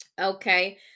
Okay